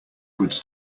goods